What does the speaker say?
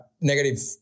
negative